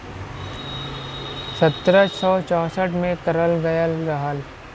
सत्रह सौ चौंसठ में करल गयल रहल